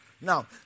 Now